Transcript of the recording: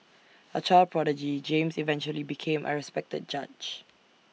A child prodigy James eventually became A respected judge